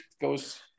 goes